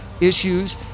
issues